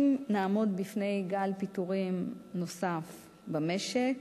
אם נעמוד בפני גל פיטורים נוסף במשק,